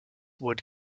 wood